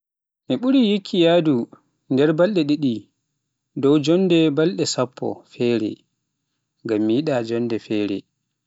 Mi ɓuri yikki yahdu e nder belɗe ɗiɗi dow mi jonnde belɗe sappo fere, ngam mi yiɗa jonnde fere.